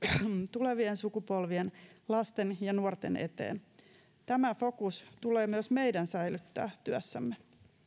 tulevien sukupolvien lasten ja nuorten eteen tämä fokus tulee myös meidän säilyttää työssämme